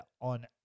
on